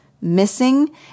missing